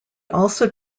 also